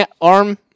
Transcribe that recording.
Arm